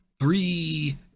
three